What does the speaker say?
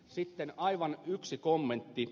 sitten yksi kommentti